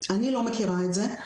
אני לא מכירה את זה,